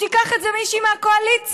שתיקח את זה מישהי מהקואליציה,